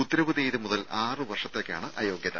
ഉത്തരവ് തീയതി മുതൽ ആറ് വർഷത്തേക്കാണ് അയോഗ്യത